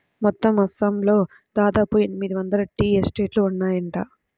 మొత్తం అస్సాంలో దాదాపు ఎనిమిది వందల టీ ఎస్టేట్లు ఉన్నాయట